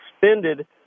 suspended